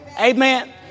Amen